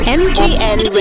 mgn